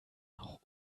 noch